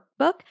workbook